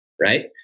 right